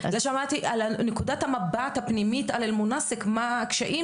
אני שמעתי על נקודת המבט הפנימית על אל-מונסק מה הקשיים